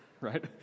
right